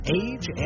age